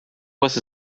was